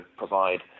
provide